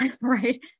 right